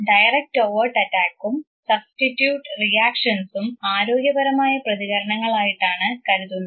direct overt അറ്റാക്കും substitute റിയാക്ഷൻസും ആരോഗ്യപരമായ പ്രതികരണങ്ങൾ ആയിട്ടാണ് കരുതുന്നത്